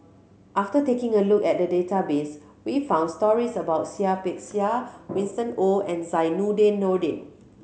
after taking a look at the database we found stories about Seah Peck Seah Winston Oh and Zainudin Nordin